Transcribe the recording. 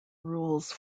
rules